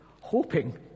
hoping